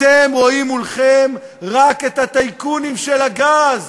אתם רואים מולכם רק את הטייקונים של הגז.